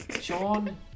Sean